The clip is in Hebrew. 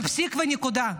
בפסיק ונקודה,